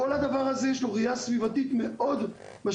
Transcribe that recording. כל הדבר הזה יש לו ראיה סביבתית מאוד משמעותית.